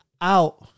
out